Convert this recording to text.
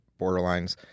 borderlines